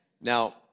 Now